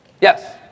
Yes